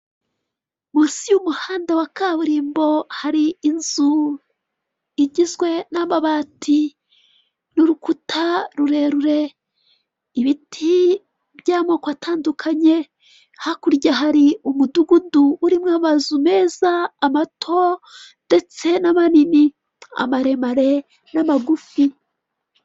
Munsi y'umuhanda wa kaburimbo hari inzu igizwe n'amabati n'urukuta rurerure, ibiti by'amoko atandukanye. Hakurya hari umudugudu urimo amazu meza, amato ndetse n'amanini, abaremare n'amagufi.